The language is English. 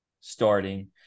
starting